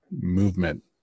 movement